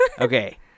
okay